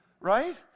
right